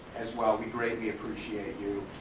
as well we greatly appreciate you.